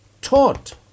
taught